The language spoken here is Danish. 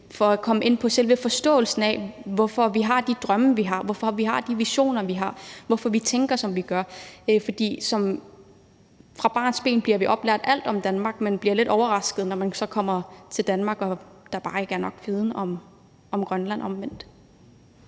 for at nå selve forståelsen af, hvorfor vi har de drømme, vi har; hvorfor vi har de visioner, vi har; hvorfor vi tænker, som vi gør. For fra barnsben bliver vi oplært i alt fra Danmark, men man bliver lidt overrasket, når man så kommer til Danmark og der omvendt bare ikke er nok viden om Grønland.